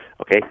okay